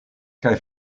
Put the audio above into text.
kaj